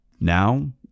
Now